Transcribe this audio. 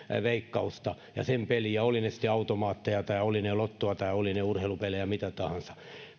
veikkausta ja sen pelejä olivat ne sitten automaatteja tai olivat ne lottoa tai olivat ne urheilupelejä mitä tahansa